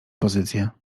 pozycję